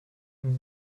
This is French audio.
nous